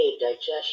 digestion